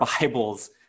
Bibles